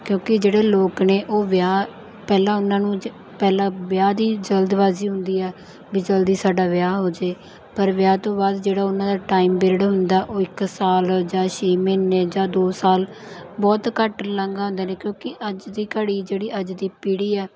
ਕਿਉਂਕਿ ਜਿਹੜੇ ਲੋਕ ਨੇ ਉਹ ਵਿਆਹ ਪਹਿਲਾਂ ਉਨ੍ਹਾਂ ਨੂੰ ਜ ਪਹਿਲਾਂ ਵਿਆਹ ਦੀ ਜਲਦਬਾਜ਼ੀ ਹੁੰਦੀ ਹੈ ਵੀ ਜਲਦੀ ਸਾਡਾ ਵਿਆਹ ਹੋ ਜਾਵੇ ਪਰ ਵਿਆਹ ਤੋਂ ਬਾਅਦ ਜਿਹੜਾ ਉਨ੍ਹਾਂ ਦਾ ਟਾਈਮ ਪੀਰੀਅਡ ਹੁੰਦਾ ਉਹ ਇੱਕ ਸਾਲ ਜਾਂ ਛੇ ਮਹੀਨੇ ਜਾਂ ਦੋ ਸਾਲ ਬਹੁਤ ਘੱਟ ਲੰਘਾਉਂਦੇ ਨੇ ਕਿਉਂਕਿ ਅੱਜ ਦੀ ਘੜੀ ਜਿਹੜੀ ਅੱਜ ਦੀ ਪੀੜ੍ਹੀ ਹੈ